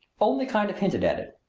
only kind of hinted at it.